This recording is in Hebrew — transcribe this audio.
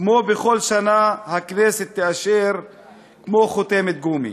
כמו בכל שנה, הכנסת תאשר כמו חותמת גומי.